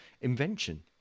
invention